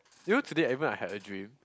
you know today I even had a dream